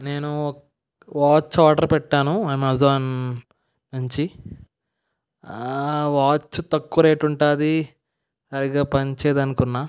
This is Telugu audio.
నేను వాచ్ ఆర్డర్ పెట్టాను అమెజాన్ నుంచి వాచ్ తక్కువ రేట్ ఉంటుంది సరిగ్గా పని చేయదు అనుకున్నాను